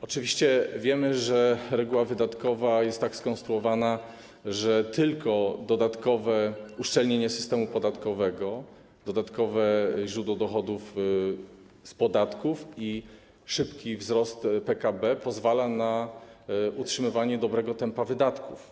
Oczywiście wiemy, że reguła wydatkowa jest tak skonstruowana, że tylko dodatkowe uszczelnienie systemu podatkowego, dodatkowe źródło dochodów z podatków i szybki wzrost PKB pozwalają na utrzymywanie dobrego tempa wydatków.